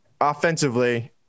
offensively